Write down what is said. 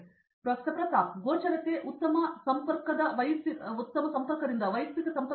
ಪ್ರತಾಪ್ ಹರಿದಾಸ್ ಗೋಚರತೆ ಉತ್ತಮ ಸಂಪರ್ಕದ ವೈಯಕ್ತಿಕ ಸಂಪರ್ಕ